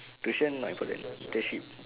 tuition not important internship